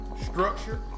Structure